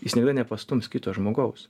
jis niekada nepastums kito žmogaus